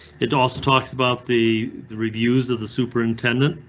it also talks about the the reviews of the superintendent.